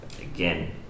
again